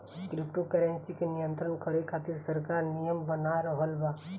crypto currency के नियंत्रण खातिर सरकार नियम बना रहल बा